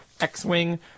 X-Wing